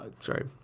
sorry